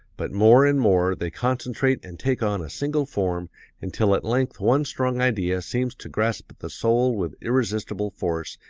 but more and more they concentrate and take on a single form until at length one strong idea seems to grasp the soul with irresistible force,